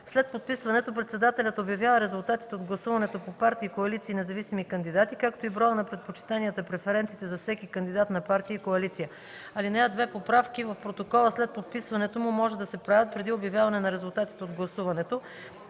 След подписването председателят обявява резултатите от гласуването по партии, коалиции и независими кандидати, както и броя на предпочитанията (преференциите) за всеки кандидат на партия и коалиция. (2) Поправки в протокола след подписването му може да се правят преди обявяване на резултатите от гласуването.